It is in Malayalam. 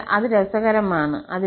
അതിനാൽ അത് രസകരമാണ്